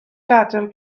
gadael